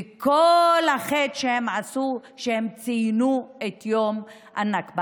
וכל החטא שהם עשו, שהם ציינו את יום הנכבה.